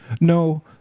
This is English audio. No